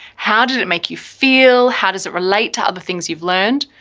how did it make you feel? how does it relate to other things you've learned?